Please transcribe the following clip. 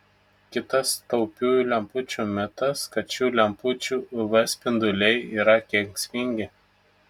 kitas taupiųjų lempučių mitas kad šių lempučių uv spinduliai yra kenksmingi